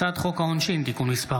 הצעת חוק העונשין (תיקון מס'